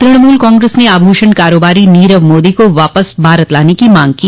तुणमूल कांग्रेस ने आभूषण कारोबारी नीरव मोदी को वापस भारत लाने की मांग की